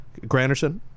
Granderson